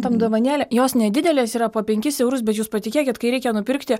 tom dovanėlė jos nedidelės yra po penkis eurus bet jūs patikėkit kai reikia nupirkti